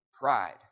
Pride